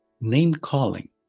Name-calling